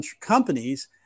companies